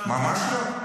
ממש לא.